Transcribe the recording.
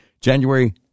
January